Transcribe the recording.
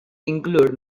include